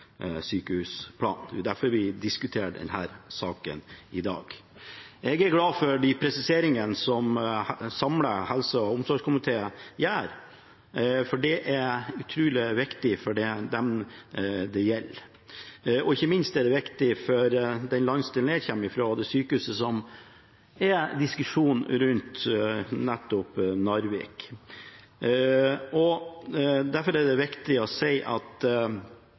sykehusplan. Det er derfor vi diskuterer denne saken i dag. Jeg er glad for de presiseringene som en samlet helse- og omsorgskomité gjør, for det er utrolig viktig for dem det gjelder. Ikke minst er det viktig for den landsdelen jeg kommer fra, og sykehuset som det er diskusjon rundt – nettopp Narvik. Derfor er det viktig å understreke at